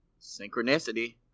synchronicity